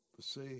see